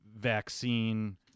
vaccine